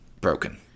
broken